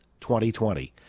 2020